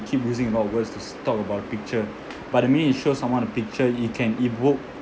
keep using a lot of words to s~ talk about the picture but the minute you show someone a picture you can evoke